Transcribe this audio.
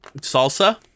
Salsa